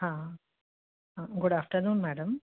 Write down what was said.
हा good afternoon madam